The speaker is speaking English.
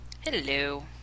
Hello